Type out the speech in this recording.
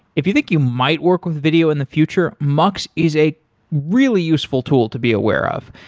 if you think you might work with video in the future, mux is a really useful tool to be aware of.